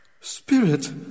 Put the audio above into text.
Spirit